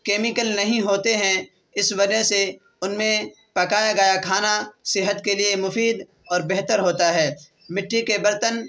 chemical نہیں ہوتے ہیں اس وجہ سے ان میں پکایا گیا کھانا صحت کے لیے مفید اور بہتر ہوتا ہے مٹی کے برتن